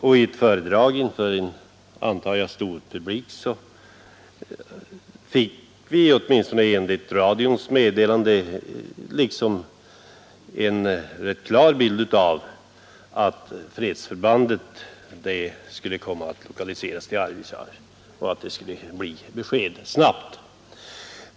I ett föredrag inför en, antar jag, stor publik fick man — åtminstone enligt radions meddelande — en rätt klar bild av att fredsförbandet skulle komma att lokaliseras till Arvidsjaur och att besked skulle lämnas snabbt.